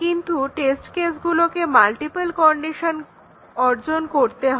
কিন্তু টেস্ট কেসগুলোকে multiple condition অর্জন করতে হয়